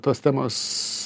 tos temos